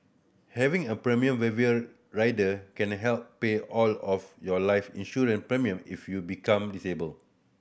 having a premium waiver rider can help pay all of your life insurance premium if you become disabled